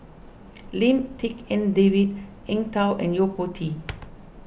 Lim Tik En David Eng Tow and Yo Po Tee